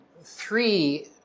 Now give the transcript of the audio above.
three